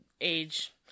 age